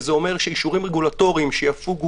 שזה אומר שאישורים רגולטוריים שיפוגו,